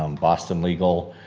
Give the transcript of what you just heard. um boston legal.